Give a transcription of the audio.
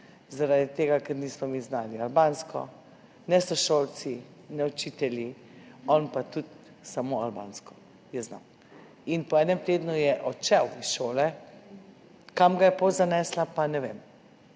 zaradi tega ker mi nismo znali albansko, ne sošolci ne učitelji, on je pa tudi samo albansko znal. Po enem tednu je odšel s šole. Kam ga je pot zanesla, pa ne vem.